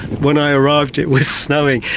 when i arrived it was snowing,